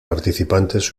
participantes